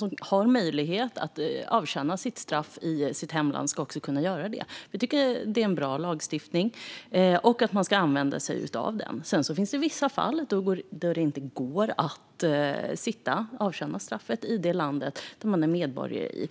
som har möjlighet att avtjäna sitt straff i sitt hemland också ska kunna göra det. Vi tycker att det är en bra lagstiftning och att man ska använda sig av den. Sedan finns det vissa fall då det inte går att avtjäna straffet i det land där man är medborgare.